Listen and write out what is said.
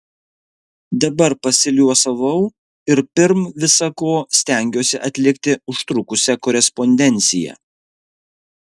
dabar pasiliuosavau ir pirm visa ko stengiuosi atlikti užtrukusią korespondenciją